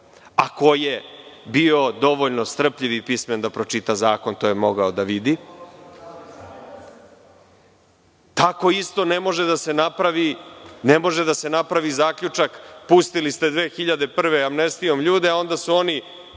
ko je bio dovoljno strpljiv i pismen da pročita zakon, to je mogao da vidi, tako isto ne može da se napravi zaključak – pustili ste 2001. godine amnestijom ljude, a onda su oni